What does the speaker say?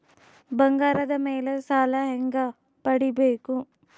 ಬಂಗಾರದ ಮೇಲೆ ಸಾಲ ಹೆಂಗ ಪಡಿಬೇಕು?